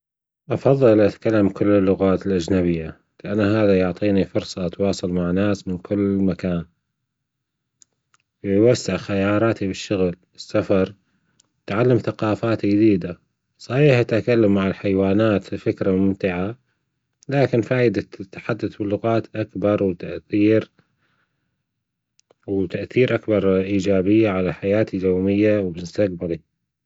أفضل أتكلم كل اللغات الاجنبية هذا يعطينى فرصة أتواصل مع ناس من كل مكان وبوسع خياراتى فى الشغل والسفر وتعلم ثقافات جديدة صحيص التكلم مع الحيوانتات فكرة ممتعة لاكن فائدة التحدث باللغات أكبر تأثير - تأثير على حياتى اليومية ومستقبلى